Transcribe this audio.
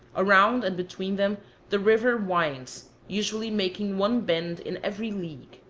around and between them the river winds, usually making one bend in every league.